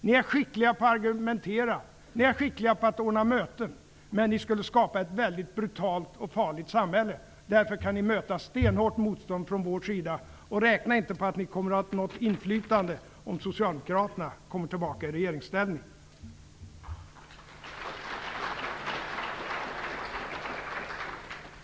Ni är skickliga på att argumentera. Ni är skickliga på att ordna möten. Men ni skulle skapa ett brutalt och farligt samhälle. Därför kommer ni att möta stenhårt motstånd från vår sida. Räkna inte med att ha något inflytande om Socialdemokraterna kommer tillbaka i regeringsställning.